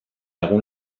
egun